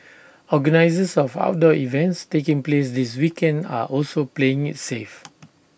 organisers of outdoor events taking place this weekend are also playing IT safe